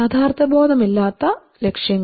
യാഥാർത്ഥ്യബോധമില്ലാത്ത ലക്ഷ്യങ്ങൾ